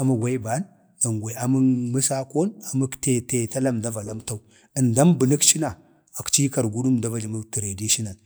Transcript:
amən gwaiban vangwaying amək məsakon, na tala əmda va rapdau. əmdan bənəkci na akci yii kargunah traditional,